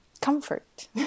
comfort